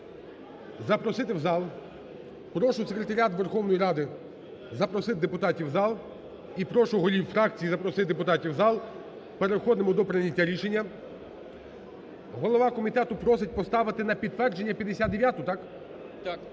запросити в зал. Прошу Секретаріат Верховної Ради запросити депутатів в зал і прошу голів фракцій запросити депутатів в зал. Переходимо до прийняття рішення. Голова комітету просить поставити на підтвердження 59-у, так?